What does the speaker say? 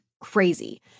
crazy